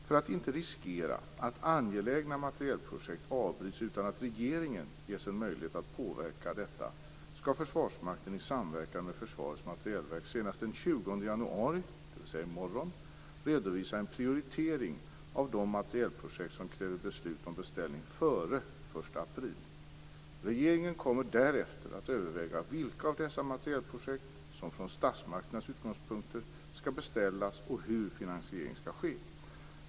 För att inte riskera att angelägna materielprojekt avbryts utan att regeringen ges en möjlighet att påverka detta skall Försvarsmakten i samverkan med Försvarets materielverk senast den 20 januari, dvs. i morgon, redovisa en prioritering av de materielprojekt som kräver beslut om beställning före den 1 april. Regeringen kommer därefter att överväga vilka av dessa materielprojekt som från statsmakternas utgångspunkter skall beställas och hur finansiering skall ske.